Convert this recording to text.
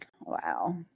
wow